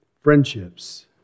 Friendships